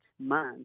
month